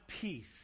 peace